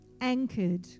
anchored